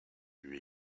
lui